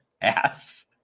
ass